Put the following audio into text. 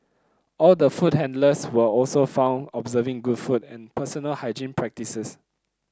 all the food handlers were also found observing good food and personal hygiene practices